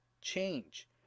change